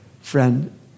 Friend